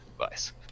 advice